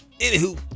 Anywho